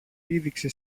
πήδηξε